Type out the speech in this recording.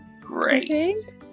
Great